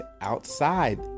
outside